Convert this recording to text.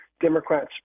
Democrats